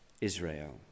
Israel